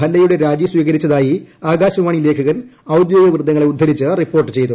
ഭല്ലയുടെ രാജി സ്വീകരിച്ചതായി ആകാശവാണി ലേഖകൻ ഔദ്യോഗിക വൃത്തങ്ങളെ ഉദ്ധരിച്ച് റിപ്പോർട്ട് ചെയ്തു